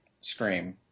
scream